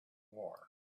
war